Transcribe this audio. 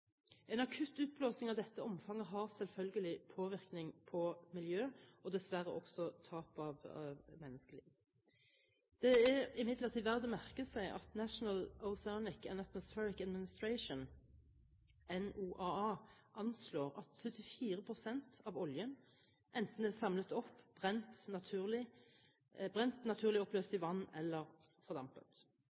En akutt utblåsing av dette omfanget har selvfølgelig påvirkning på miljøet – og dessverre også tap av menneskeliv. Det er imidlertid verdt å merke seg at National Oceanic and Atmospheric Administration anslår at 74 pst. av oljen enten er samlet opp, brent, naturlig oppløst i vann eller fordampet.